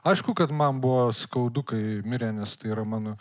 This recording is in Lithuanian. aišku kad man buvo skaudu kai mirė nes tai yra mano